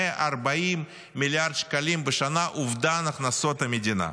140 מיליארד שקלים בשנה אובדן הכנסות למדינה.